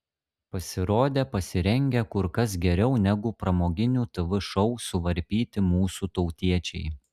pasirodė pasirengę kur kas geriau negu pramoginių tv šou suvarpyti mūsų tautiečiai